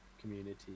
community